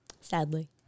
Sadly